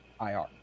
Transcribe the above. IR